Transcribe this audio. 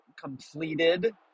completed